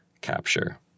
Capture